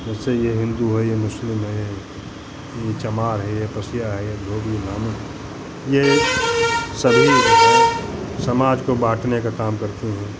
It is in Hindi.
जैसे ये हिन्दू हैं ये मुस्लिम हैं ये है चमार है ये पसिया है ये धोबी नामी है ये सभी समाज को बाँटने का काम करते हैं